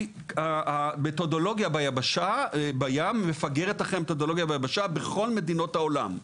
כי המתודולוגיה בים מפגרת אחרי המתודולוגיה ביבשה בכל מדינות העולם.